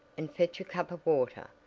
and fetch a cup of water,